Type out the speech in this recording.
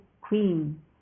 queen